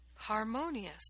harmonious